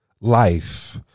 life